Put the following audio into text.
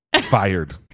Fired